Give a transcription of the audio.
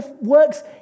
works